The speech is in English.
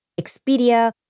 Expedia